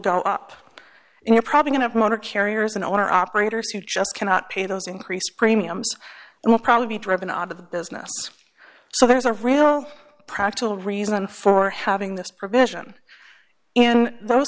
go up and you're probably going to motor carriers and owner operators who just cannot pay those increased premiums and will probably be driven out of business so there's a real practical reason for having this provision in those